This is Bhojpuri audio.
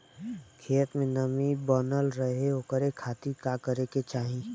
खेत में नमी बनल रहे ओकरे खाती का करे के चाही?